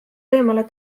eemale